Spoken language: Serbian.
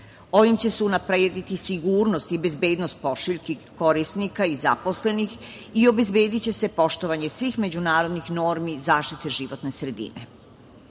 Ovim će se unaprediti sigurnost i bezbednost pošiljki korisnika i zaposlenih i obezbediće se poštovanje svih međunarodnih normi zaštite životne sredine. Na